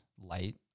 light